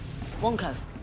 Wonko